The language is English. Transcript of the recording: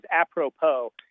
apropos